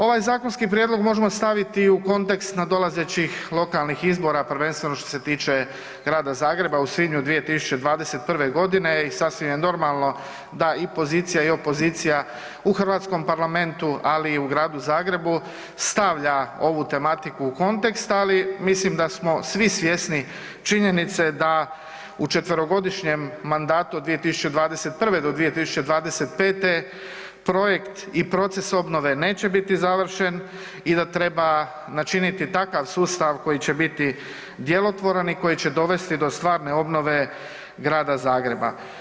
Ovaj zakonski prijedlog možemo staviti i u kontekst nadolazećih lokalnih izbora prvenstveno što se tiče Grada Zagreba u svibnju 2021. godine i sasvim je normalno da i pozicija i opozicija u hrvatskom parlamentu ali i u Gradu Zagrebu stavlja ovu tematiku u kontekst, ali mislim da smo svi svjesni činjenice da u četverogodišnjem mandatu od 2021. do 2025. projekt i proces obnove neće biti završen i da treba načiniti takav sustav koji će biti djelotvoran i koji će dovesti do stvarne obnove Grada Zagreba.